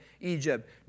Egypt